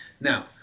Now